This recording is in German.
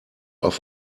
auf